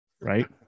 Right